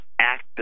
act